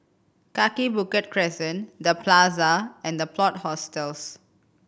Kaki Bukit Crescent The Plaza and The Plot Hostels